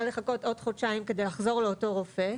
לחכות עוד חודשיים כדי לחזור לאותו רופא,